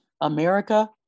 America